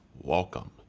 welcome